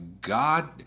God